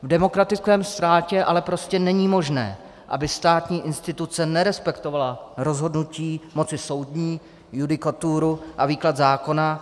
V demokratickém státě ale prostě není možné, aby státní instituce nerespektovala rozhodnutí moci soudní, judikaturu a výklad zákona.